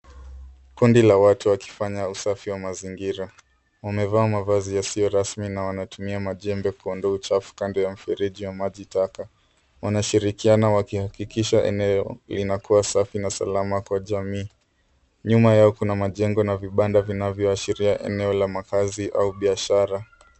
Kundi la watu wakifanya usafi wa mazingira. Wamevaa mavazi yasio rasmi na wanatumia majembe kuondoa uchafu kando ya mfereji wa maji taka. Wanashirikiana wakihakikisha eneo linakuwa safi na salama kwa jamii. Nyuma yao kuna majengo na vibanda vinavyoashiria eneo la makazi au biashara.